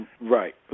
Right